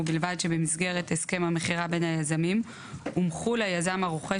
ובלבד שבמסגרת הסכם המכירה בין היזמים הומחו ליזם הרוכש